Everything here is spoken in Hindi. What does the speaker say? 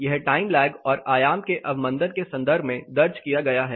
यह टाइम लैग और आयाम के अवमन्दन के संदर्भ में दर्ज किया गया है